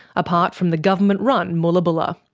apart from the government-run moola bulla.